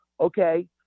okay